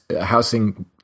housing